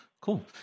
cool